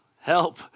help